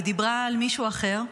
היא דיברה על מישהו אחר.